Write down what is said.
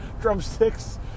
Drumsticks